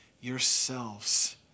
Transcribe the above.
yourselves